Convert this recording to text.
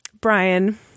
Brian